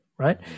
right